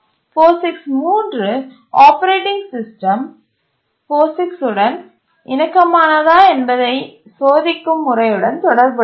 POSIX 3 operating system POSIX உடன் இணக்கமானதா என்பதை சோதிக்கும் முறையுடன் தொடர்புடையது